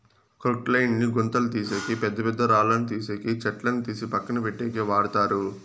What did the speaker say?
క్రొక్లేయిన్ ని గుంతలు తీసేకి, పెద్ద పెద్ద రాళ్ళను తీసేకి, చెట్లను తీసి పక్కన పెట్టేకి వాడతారు